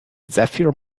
zephyr